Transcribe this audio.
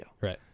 right